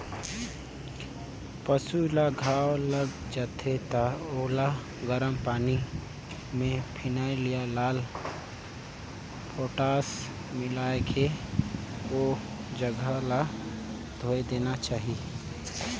पसु ल घांव लग जाथे त ओला गरम पानी में फिनाइल या लाल पोटास मिलायके ओ जघा ल धोय देना चाही